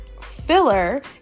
filler